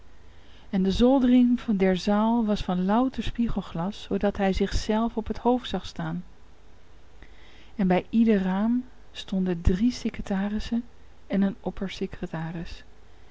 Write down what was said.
en de zoldering der zaal was van louter spiegelglas zoodat hij zich zelf op het hoofd zag staan en bij ieder raam stonden drie secretarissen en een